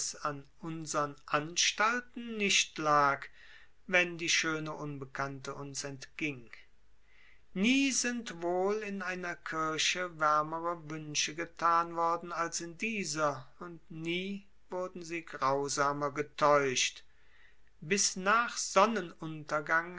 an unsern anstalten nicht lag wenn die schöne unbekannte uns entging nie sind wohl in einer kirche wärmere wünsche getan worden als in dieser und nie wurden sie grausamer getäuscht bis nach sonnenuntergang